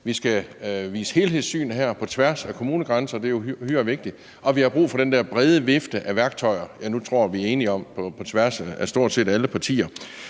vi skal vise helhedssyn på tværs af kommunegrænser. Det er uhyre vigtigt, og vi har brug for den der brede vifte af værktøjer, som jeg nu tror vi er enige om på tværs af stort set alle partier.